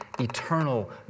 eternal